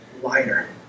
lighter